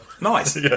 Nice